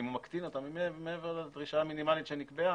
אם הוא מקטין מעבר לדרישה המינימלית שנקבעה,